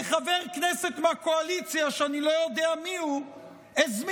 כי חבר כנסת מהקואליציה שאני לא יודע מיהו הזמין